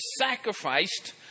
sacrificed